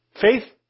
Faith